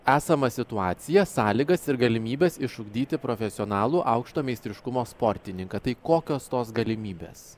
esamą situaciją sąlygas ir galimybes išugdyti profesionalų aukšto meistriškumo sportininką tai kokios tos galimybės